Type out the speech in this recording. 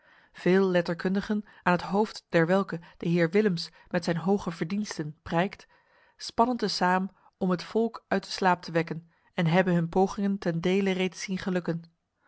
veel letterkundigen aan het hoofd der welke de heer willems met zijn hoge verdiensten prijkt spannen te saam om het volk uit de slaap te wekken en hebben hun pogingen ten dele reeds zien gelukken